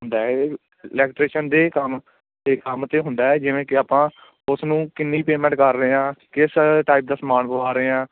ਹੁੰਦੇ ਏ ਇਲੈਕਟ੍ਰੀਸ਼ਨ ਦੇ ਕੰਮ ਤੇ ਕੰਮ 'ਤੇ ਹੁੰਦਾ ਹੈ ਜਿਵੇਂ ਕਿ ਆਪਾਂ ਉਸ ਨੂੰ ਕਿੰਨੀ ਪੇਮੈਂਟ ਕਰ ਰਹੇ ਹਾਂ ਕਿਸ ਟਾਈਪ ਦਾ ਸਮਾਨ ਬਣਵਾ ਰਹੇ ਹਾਂ